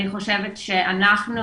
אני חושבת שאנחנו,